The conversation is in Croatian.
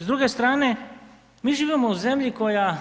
S druge strane, mi živimo u zemlji koja